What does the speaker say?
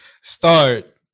start